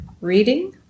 reading